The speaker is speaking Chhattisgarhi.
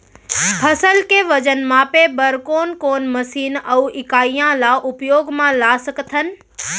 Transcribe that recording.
फसल के वजन मापे बर कोन कोन मशीन अऊ इकाइयां ला उपयोग मा ला सकथन?